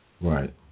Right